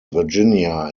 virginia